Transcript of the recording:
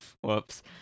whoops